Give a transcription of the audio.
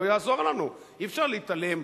לא יעזור לנו, אי-אפשר להתעלם.